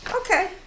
Okay